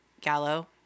Gallo